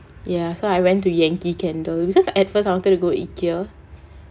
ya so I went to yankee candle because at first I wanted to go IKEA